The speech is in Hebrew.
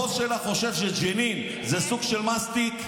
הבוס שלך חושב שג'נין זה סוג של מסטיק.